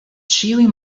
ĉiuj